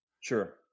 Sure